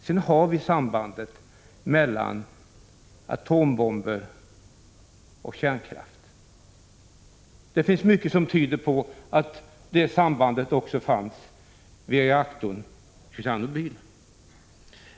Sedan har vi sambandet mellan atombomber och kärnkraft. Det finns mycket som tyder på att det sambandet också fanns vid reaktorn i Tjernobyl.